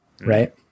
Right